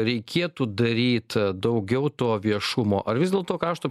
reikėtų daryt daugiau to viešumo ar vis dėlto krašto